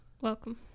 Welcome